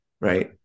Right